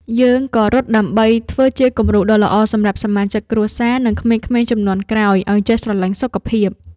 យើងក៏រត់ដើម្បីធ្វើជាគំរូដ៏ល្អសម្រាប់សមាជិកគ្រួសារ និងក្មេងៗជំនាន់ក្រោយឱ្យចេះស្រឡាញ់សុខភាព។